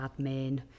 admin